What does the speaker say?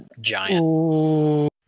giant